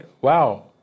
wow